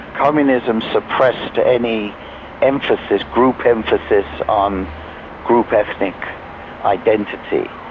communism suppressed any emphasis, group emphasis on group ethnic identity.